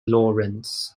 lawrence